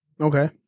Okay